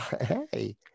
hey